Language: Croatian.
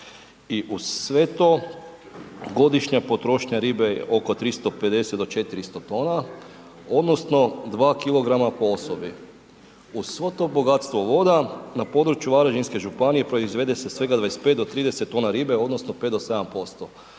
i uz sve to godišnja potrošnja ribe je oko 350 do 400t odnosno 2kg po osobi. Uz svo to bogatstvo voda, na području varaždinske županije proizvede se svega 25 do 30t ribe odnosno 5 do 7%,